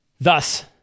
Thus-